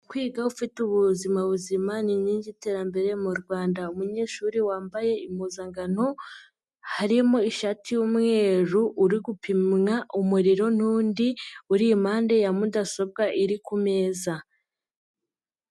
Kwiga ufite ubuzima buzima ni inkingi y'iterambere mu Rwanda, umunyeshuri wambaye impuzankano, harimo ishati y'umweru uri gupimwa umuriro n'undi, uri impande ya mudasobwa iri ku meza.